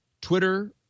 Twitter